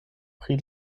pri